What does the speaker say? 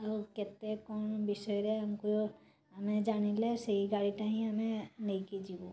ଆଉ କେତେ କ'ଣ ବିଷୟରେ ଆମକୁ ଆମେ ଜାଣିଲେ ସେଇ ଗାଡ଼ିଟା ହିଁ ଆମେ ନେଇକି ଯିବୁ